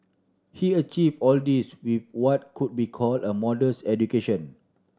he achieve all this with what could be call a modest education